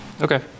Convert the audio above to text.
Okay